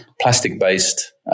plastic-based